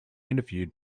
interviewed